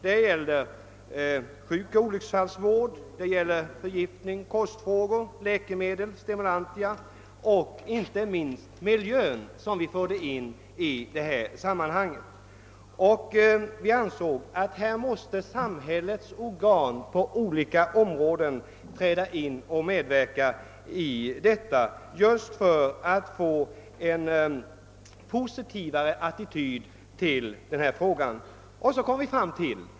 Det gäller sjukoch olycksfallsvård, förgiftningsoch kostfrågor, läkemedel, stimulantia och inte minst miljön som också berördes i detta sammanhang. Vi ansåg att samhällets organ på olika områden måste medverka i syfte att skapa en positivare attityd.